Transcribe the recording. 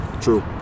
True